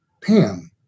Pam